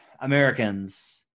Americans